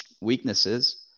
weaknesses